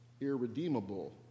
irredeemable